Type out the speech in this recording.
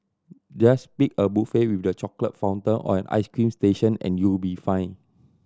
just pick a buffet with the chocolate fountain or an ice cream station and you'll be fine